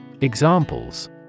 Examples